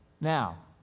Now